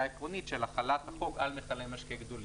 העקרונית של החלת החוק על מיכלי משקה גדולים.